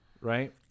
right